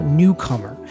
newcomer